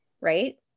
right